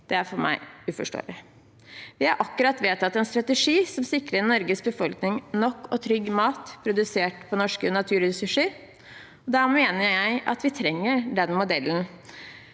– er for meg uforståelig. Vi har akkurat vedtatt en strategi som sikrer Norges befolkning nok og trygg mat produsert på norske naturressurser. Da mener jeg at vi trenger den modellen